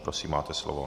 Prosím, máte slovo.